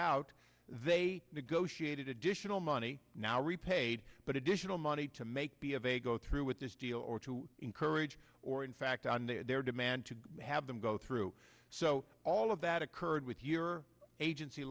out they negotiated additional money now repaid but additional money to make b of a go through with this deal or to encourage or in fact on their demand to have them go through so all of that occurred with your agency